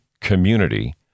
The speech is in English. community